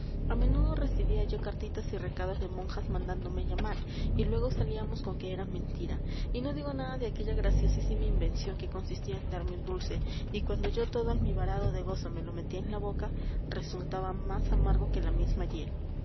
a menudo recibía yo cartitas y recados de monjas mandándome llamar y luego salíamos con que era mentira y no digo nada de aquella graciosísima invención que consistía en darme un dulce y cuando yo todo almibarado de gozo me lo metía en la boca resultaba más amargo que la misma hiel